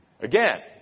Again